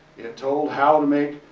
it told how to make